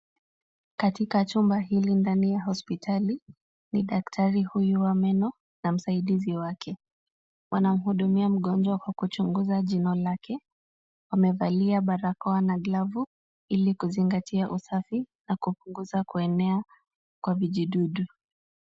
Katika chumba hili ndani ya hospitali, ni daktari huyu wa meno na msaidizi wake. Wanamhudumia mgonjwa kwa kuchunguza jino lake, wamevalia barakoa na glavu ili kuzingatia usafi na kupunguza kuenea kwa vijidudu.